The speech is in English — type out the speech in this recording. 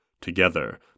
Together